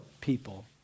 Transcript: people